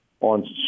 on